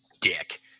dick